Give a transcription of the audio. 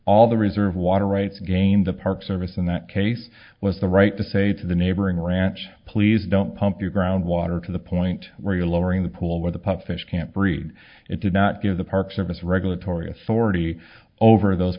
all the reserve water rights game the park service in that case was the right to say to the neighboring ranch please don't pump your ground water to the point where you're lowering the pool where the pump fish can't breed it did not give the park service regulatory authority over those